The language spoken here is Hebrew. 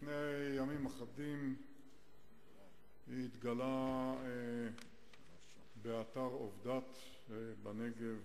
לפני ימים אחדים התגלה באתר עבדת בנגב